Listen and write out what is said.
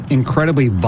incredibly